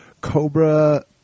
Cobra